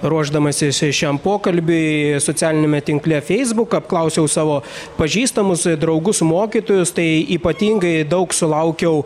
ruošdamasis šiam pokalbiui socialiniame tinkle facebook apklausiau savo pažįstamus draugus mokytojus tai ypatingai daug sulaukiau